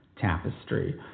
Tapestry